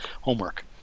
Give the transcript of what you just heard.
Homework